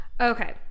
Okay